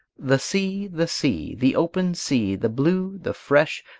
the sea, the sea, the open sea, the blue, the fresh,